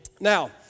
Now